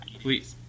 Please